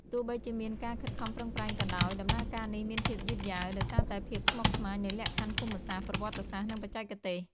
ទោះបីជាមានការខិតខំប្រឹងប្រែងក៏ដោយ ដំណើរការនេះមានភាពយឺតយ៉ាវ ដោយសារតែភាពស្មុគស្មាញនៃលក្ខខណ្ឌភូមិសាស្ត្រ ប្រវត្តិសាស្ត្រ និងបច្ចេកទេស។